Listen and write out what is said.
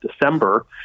December